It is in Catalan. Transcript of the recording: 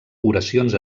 oracions